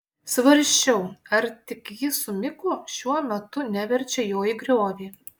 svarsčiau ar tik ji su miku šiuo metu neverčia jo į griovį